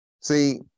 See